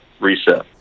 reset